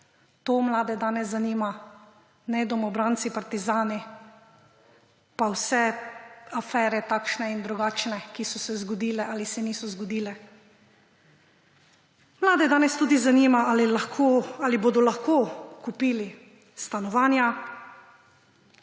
To mlade danes zanima. Ne domobranci, partizani pa vse afere, takšne in drugačne, ki so se zgodile ali se niso zgodile. Mlade danes tudi zanima, ali bodo lahko kupili stanovanja,